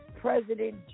President